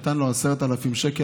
נתן לו 10,000 שקל,